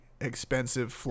expensive